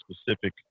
specific